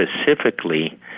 specifically